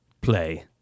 Play